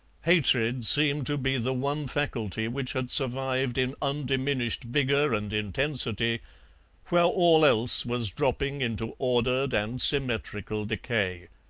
hatred seemed to be the one faculty which had survived in undiminished vigour and intensity where all else was dropping into ordered and symmetrical decay.